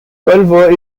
culver